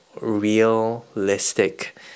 realistic